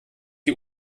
die